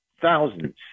thousands